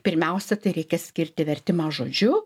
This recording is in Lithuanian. pirmiausia tai reikia skirti vertimą žodžiu